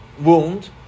wound